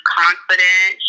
confident